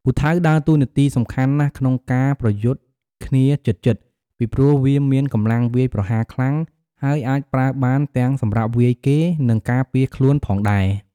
ពូថៅដើរតួនាទីសំខាន់ណាស់ក្នុងការប្រយុទ្ធគ្នាជិតៗ ពីព្រោះវាមានកម្លាំងវាយប្រហារខ្លាំង ហើយអាចប្រើបានទាំងសម្រាប់វាយគេ និងការពារខ្លួនផងដែរ។